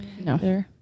No